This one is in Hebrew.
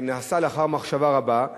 נעשה לאחר מחשבה רבה.